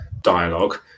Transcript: dialogue